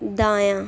دایاں